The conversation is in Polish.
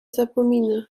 zapomina